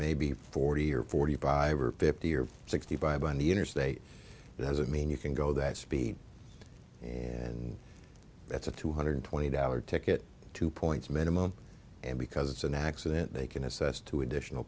maybe forty or forty five or fifty or sixty five on the interstate doesn't mean you can go that speed and that's a two hundred twenty dollar ticket two points minimum and because it's an accident they can assess two additional